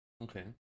Okay